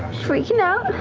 freaking out.